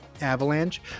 avalanche